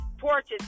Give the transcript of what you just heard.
porches